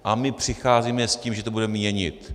A my přicházíme s tím, že to budeme měnit.